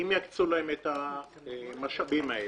אם יקצו להם את המשאבים האלה,